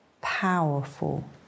powerful